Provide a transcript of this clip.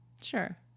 Sure